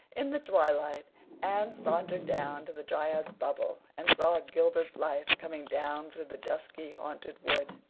in the twilight anne sauntered down to the dryad's bubble and saw gilbert blythe coming down through the dusky haunted wood.